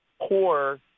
poor